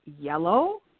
yellow